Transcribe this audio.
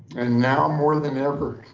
and now more than ever